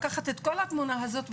לקחת את כל התמונה הזאת,